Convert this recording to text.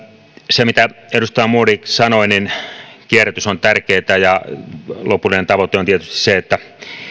se mitä edustaja modig sanoi kierrätys on tärkeätä ja lopullinen tavoite on tietysti se että